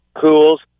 cools